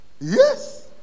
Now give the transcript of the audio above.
Yes